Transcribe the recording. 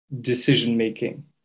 decision-making